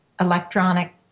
electronic